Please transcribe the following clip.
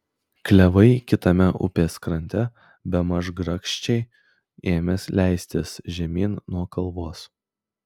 klevai kitame upės krante bemaž grakščiai ėmė leistis žemyn nuo kalvos